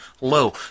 low